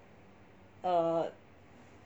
err